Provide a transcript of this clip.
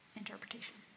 interpretation